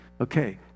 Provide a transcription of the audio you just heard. Okay